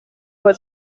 fue